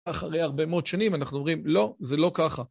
אחרי הרבה מאוד שנים אנחנו אומרים, לא, זה לא ככה.